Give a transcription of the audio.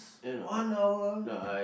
one hour